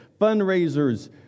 fundraisers